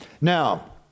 Now